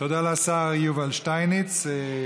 תודה לשר יובל שטייניץ.